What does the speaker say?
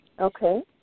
Okay